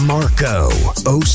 Marco